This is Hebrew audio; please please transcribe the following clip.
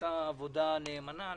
עשה עבודה נאמנה.